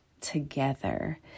together